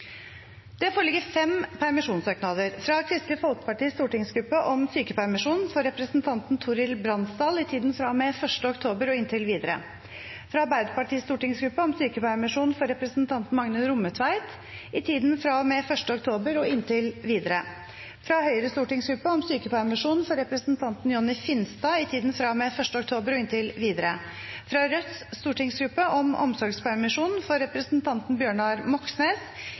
Det foreligger fem permisjonssøknader: fra Kristelig Folkepartis stortingsgruppe om sykepermisjon for representanten Torhild Bransdal i tiden fra og med 1. oktober og inntil videre fra Arbeiderpartiets stortingsgruppe om sykepermisjon for representanten Magne Rommetveit i tiden fra og med 1. oktober og inntil videre fra Høyres stortingsgruppe om sykepermisjon for representanten Jonny Finstad i tiden fra og med 1. oktober og inntil videre fra Rødts stortingsgruppe om omsorgspermisjon for representanten Bjørnar Moxnes